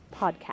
podcast